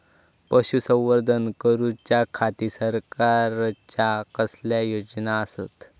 पशुसंवर्धन करूच्या खाती सरकारच्या कसल्या योजना आसत?